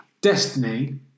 destiny